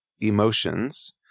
emotions